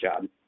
job